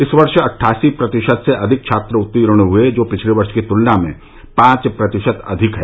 इस वर्ष अट्ठासी प्रतिशत से अधिक छात्र उतीर्ण हुए जो पिछले वर्ष की तुलना में पांच प्रतिशत अधिक है